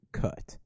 cut